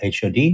HOD